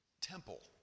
temple